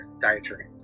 dietary